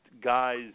guys